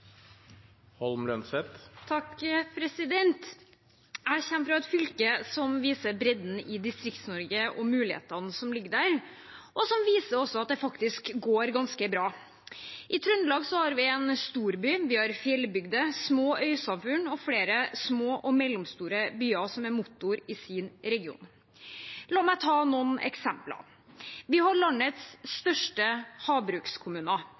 Jeg kommer fra et fylke som viser bredden i Distrikts-Norge og mulighetene som ligger der, og som også viser at det faktisk går ganske bra. I Trøndelag har vi en storby, fjellbygder, små øysamfunn og flere små og mellomstore byer som er motoren i sin region. La meg ta noen eksempler: Vi har landets største havbrukskommuner.